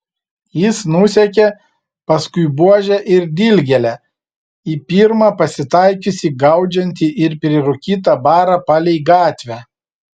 jis nusekė paskui buožę ir dilgėlę į pirmą pasitaikiusį gaudžiantį ir prirūkytą barą palei gatvę